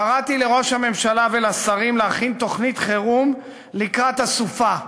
קראתי לראש הממשלה ולשרים להכין תוכנית חירום לקראת הסופה,